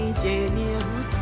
genius